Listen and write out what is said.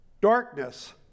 darkness